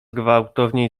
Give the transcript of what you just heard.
gwałtowniej